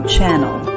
Channel